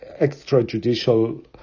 extrajudicial